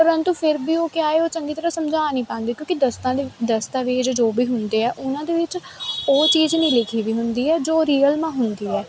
ਪਰੰਤੂ ਫਿਰ ਵੀ ਉਹ ਕਿਆ ਹੈ ਚੰਗੀ ਤਰ੍ਹਾਂ ਸਮਝਾ ਨਹੀਂ ਪਾਉਂਦੇ ਕਿਉਂਕਿ ਦਸਤਾਂ ਦੇ ਦਸਤਾਵੇਜ਼ ਜੋ ਵੀ ਹੁੰਦੇ ਆ ਉਹਨਾਂ ਦੇ ਵਿੱਚ ਉਹ ਚੀਜ਼ ਨਹੀਂ ਲਿਖੀ ਵੀ ਹੁੰਦੀ ਹੈ ਜੋ ਰੀਅਲ ਮਾ ਹੁੰਦੀ ਹੈ